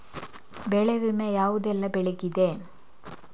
ಬೆಳೆ ವಿಮೆ ಯಾವುದೆಲ್ಲ ಬೆಳೆಗಿದೆ?